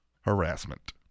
harassment